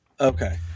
Okay